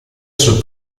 sul